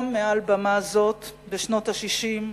גם מעל במה זו בשנות ה-60,